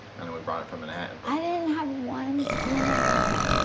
i know we brought it from manhattan i didn't have one spoon of that.